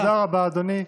תודה רבה, אדוני.